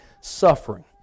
suffering